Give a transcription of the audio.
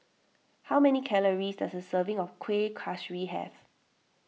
how many calories does a serving of Kueh Kaswi have